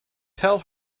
tell